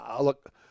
look –